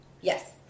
Yes